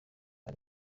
ari